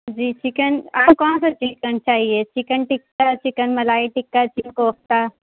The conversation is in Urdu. جی چکن آپ کون سا چکن چاہیے chicken tikka chicken malai tikka chicken kofta